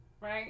right